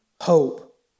hope